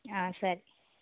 ಹಾಂ ಸರಿ